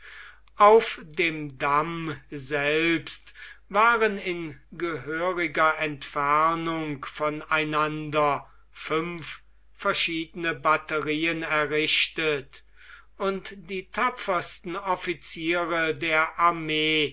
auf dem damm selbst waren in gehöriger entfernung von einander fünf verschiedene batterieen errichtet und die tapfersten offiziere der armee